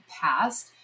past